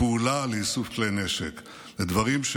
לפעולה לאיסוף כלי נשק, לדברים,